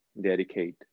dedicate